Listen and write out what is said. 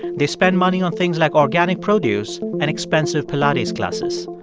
they spend money on things like organic produce and expensive pilates classes.